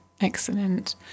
excellent